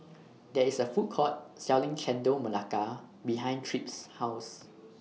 There IS A Food Court Selling Chendol Melaka behind Tripp's House